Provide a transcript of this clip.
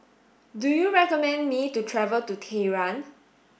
do you recommend me to travel to Tehran